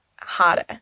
harder